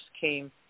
came